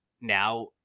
now